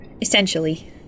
Essentially